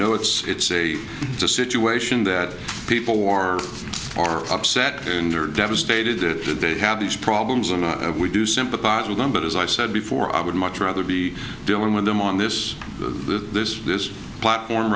know it's it's a situation that people wore are upset and they're devastated that they have these problems and we do sympathize with them but as i said before i would much rather be dealing with them on this to this platform